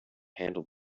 handle